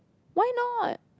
why not